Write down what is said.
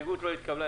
ההסתייגות לא התקבלה.